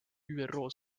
üro